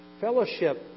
Fellowship